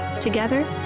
Together